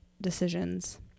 decisions